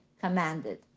commanded